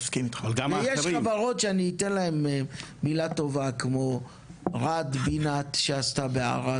יש חברות שאני אתן להם מילה טובה כמו רד בינת שעשתה בערד